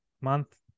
month